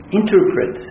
interpret